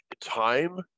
Time